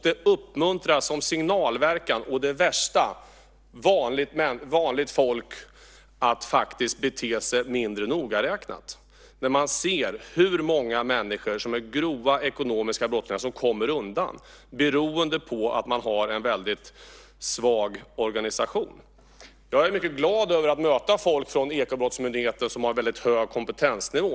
Det värsta är den signalverkan detta har: Vanligt folk uppmuntras att bete sig mindre nogräknat när de ser hur många grova ekonomiska brottslingar som kommer undan beroende på att man har en väldigt svag organisation. Jag är mycket glad över att möta folk från Ekobrottsmyndigheten som har en väldigt hög kompetensnivå.